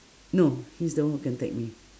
no he's the one who contact me